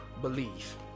believe